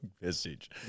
message